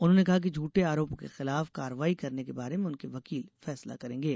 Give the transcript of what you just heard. उन्होंने कहा कि झूठे आरोपों के खिलाफ कार्रवाई करने के बारे में उनके वकील फैसला करेंगे